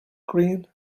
green